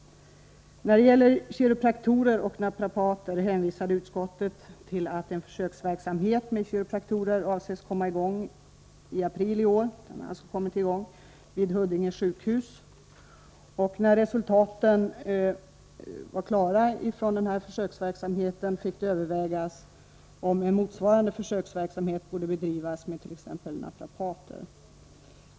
När det gällde kiropraktorer och naprapater hänvisade utskottet till att en försöksverksamhet med kiropraktorer avsågs komma i gång i april i år vid Huddinge sjukhus. När resultaten var klara fick det övervägas om en motsvarande försöksverksamhet borde bedrivas med t.ex. naprapater.